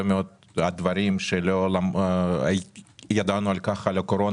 מאוד על דברים שלא ידענו על הקורונה,